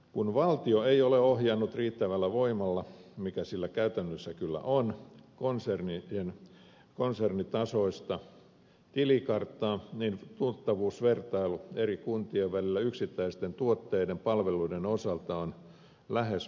kun valtio ei ole ohjannut riittävällä voimalla mitä sillä käytännössä kyllä on konsernitasoista tilikarttaa niin tuottavuusvertailu eri kuntien välillä yksittäisten tuotteiden palveluiden osalta on lähes mahdotonta